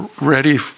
ready